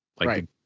Right